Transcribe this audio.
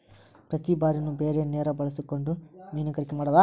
ಪ್ರತಿ ಬಾರಿನು ಬೇರೆ ನೇರ ಬಳಸಕೊಂಡ ಮೇನುಗಾರಿಕೆ ಮಾಡುದು